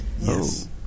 Yes